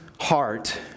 heart